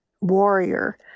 warrior